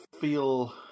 feel